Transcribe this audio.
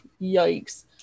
yikes